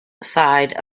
side